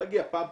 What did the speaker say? להגיע פעם,